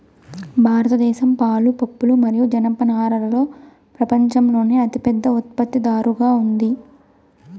భారతదేశం పాలు, పప్పులు మరియు జనపనారలో ప్రపంచంలోనే అతిపెద్ద ఉత్పత్తిదారుగా ఉంది